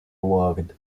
ward